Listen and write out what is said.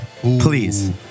Please